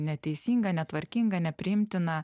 neteisinga netvarkinga nepriimtina